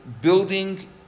building